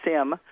sim